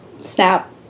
SNAP